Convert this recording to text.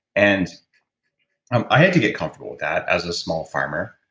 and um i had to get comfortable with that as a small farmer.